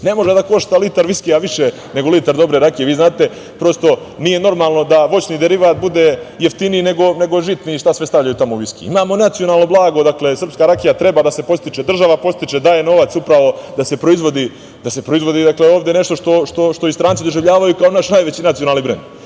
može da košta litar viskija više nego litar dobre rakije. Vi znate, prosto, nije normalno da voćni derivat bude jeftiniji nego žitni i šta sve stavljaju tamo u viski. Imamo nacionalno blago, dakle, srpska rakija treba da se podstiče, država podstiče, daje novac upravo da se proizvodi ovde nešto što i stranci doživljavaju kao naš najveći nacionalni brend.